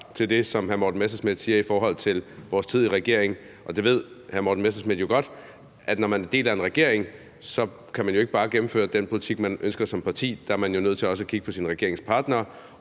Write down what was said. til det, som hr. Morten Messerschmidt siger i forhold til vores tid i regering: Hr. Morten Messerschmidt ved jo godt, at når man er del af en regering, kan man jo ikke bare gennemføre den politik, man ønsker som parti. Der er man jo nødt til også at kigge på sine regeringspartnere